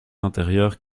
intérieures